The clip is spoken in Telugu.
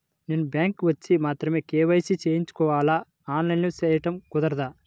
నేను బ్యాంక్ వచ్చి మాత్రమే కే.వై.సి చేయించుకోవాలా? ఆన్లైన్లో చేయటం కుదరదా?